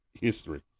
history